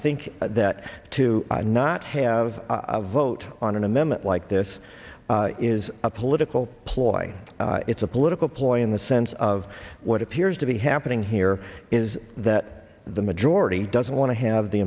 think that to not have a vote on an amendment like this is a political ploy it's a political ploy in the sense of what appears to be happening here is that the majority doesn't want to have the